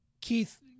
Keith